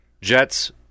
Jets